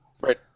Right